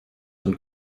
und